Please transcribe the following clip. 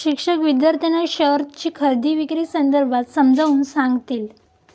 शिक्षक विद्यार्थ्यांना शेअरची खरेदी विक्री संदर्भात समजावून सांगतील